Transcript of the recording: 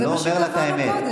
אתה לא אומר לה את האמת.